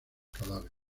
cadáveres